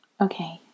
Okay